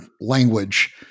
language